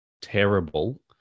terrible